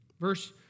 Verse